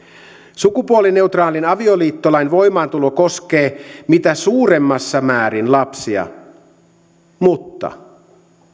sukupuolineutraalin avioliittolain voimaantulo koskee mitä suurimmassa määrin lapsia mutta